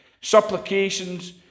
supplications